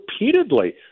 repeatedly